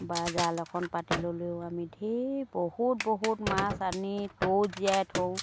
বা জাল এখন পাতি ল'লেও আমি ধেই বহুত বহুত মাছ আনি টৌত জীয়াই থওঁ